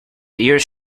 ears